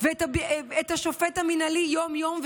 המינהלי יום-יום,